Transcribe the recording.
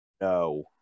No